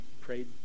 prayed